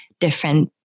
different